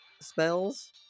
spells